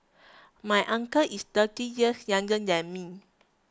my uncle is thirty years younger than me